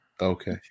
Okay